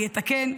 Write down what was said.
אני אתקן,